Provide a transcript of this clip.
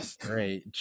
Great